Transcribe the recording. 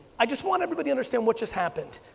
i just want everybody understand what just happened.